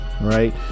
Right